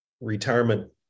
retirement